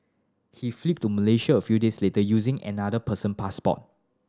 he fled to Malaysia a few days later using another person passport